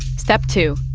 step two,